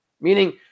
meaning